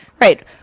Right